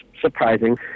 surprising